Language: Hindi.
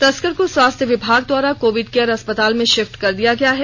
तस्कर को स्वास्थ्य विभाग द्वारा कोविड केयर अस्पताल में शिफ्ट कर दिया गया है